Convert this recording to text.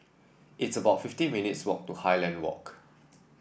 it's about fifteen minutes' walk to Highland Walk